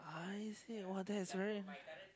I see !wah! that's very